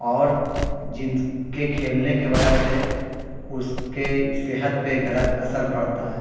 اور جس کے کھیلنے کی وجہ سے اس کے صحت پہ غلط اثر پڑتا ہے